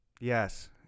Yes